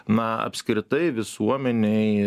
na apskritai visuomenei